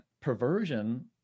perversion